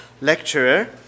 Lecturer